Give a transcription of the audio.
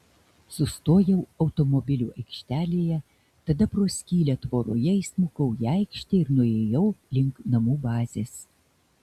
sustojau automobilių aikštelėje tada pro skylę tvoroje įsmukau į aikštę ir nuėjau link namų bazės